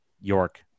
York